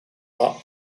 are